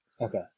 okay